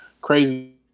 crazy